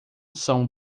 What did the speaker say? são